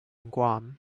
guam